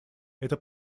это